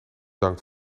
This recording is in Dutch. bedankt